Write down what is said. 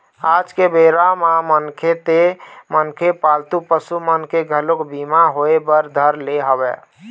आज के बेरा म मनखे ते मनखे पालतू पसु मन के घलोक बीमा होय बर धर ले हवय